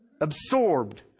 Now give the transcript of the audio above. Absorbed